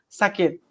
sakit